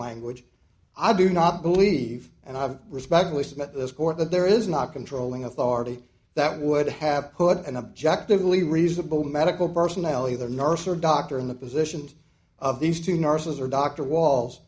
language i do not believe and i've respectfully submit this court that there is not controlling authority that would have put an objective only reasonable medical personnel either nurse or doctor in the position of these two nurses or doctor wa